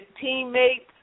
teammates